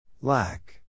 Lack